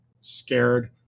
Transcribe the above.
scared